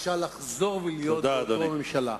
אפשר ולחזור ולהיות אותה ממשלה.